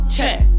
Check